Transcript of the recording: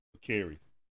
carries